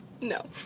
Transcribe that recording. No